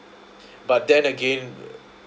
but then again